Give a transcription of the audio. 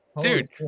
Dude